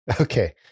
Okay